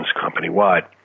company-wide